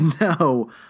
No